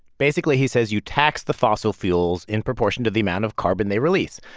basically, he says, you tax the fossil fuels in proportion to the amount of carbon they release.